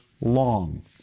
long